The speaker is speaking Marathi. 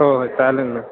हो हो चालेल ना